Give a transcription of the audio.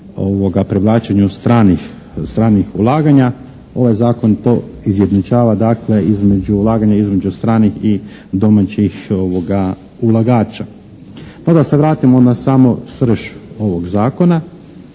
privlačenju stranih, stranih ulaganja. Ovaj zakon to izjednačava dakle između, ulaganje između stranih i domaćih ulagača. No da se vratimo na samu srž ovog zakona.